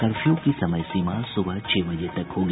curfew की समय सीमा सुबह छह बजे तक होगी